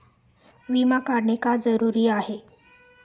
विमा काढणे का जरुरी आहे?